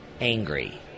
angry